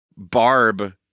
Barb